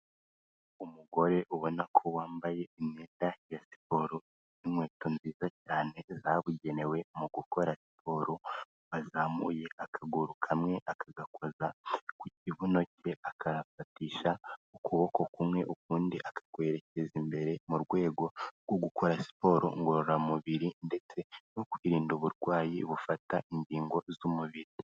Umugore ubona ko wambaye impenda ya siporo n'inkweto nziza cyane zabugenewe mu gukora siporo, azamuye akaguru kamwe akagakoza ku kibuno cye, akagafatisha ukuboko kumwe, ukundi akakwerekeza imbere mu rwego rwo gukora siporo ngororamubiri ndetse no kwirinda uburwayi bufata ingingo z'umubiri.